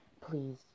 please